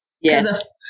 Yes